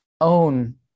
own